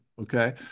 okay